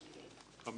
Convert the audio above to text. (5)